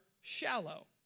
shallow